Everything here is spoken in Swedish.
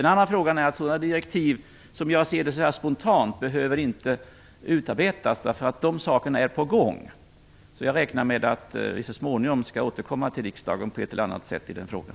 En annan fråga gällde direktiven. Som jag ser det spontant behöver några direktiv inte utarbetas. De sakerna är på gång, och jag räknar med att vi så småningom på ett eller annat sätt skall återkomma till riksdagen i den frågan.